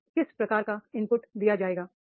उन्हें किस प्रकार का इनपुट दिया जाएगा